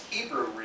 Hebrew